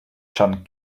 john